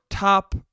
Top